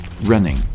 running